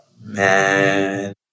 Man